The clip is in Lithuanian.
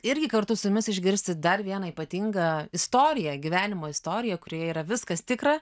irgi kartu su jumis išgirsti dar vieną ypatingą istoriją gyvenimo istoriją kurioje yra viskas tikra